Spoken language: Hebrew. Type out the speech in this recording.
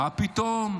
מה פתאום.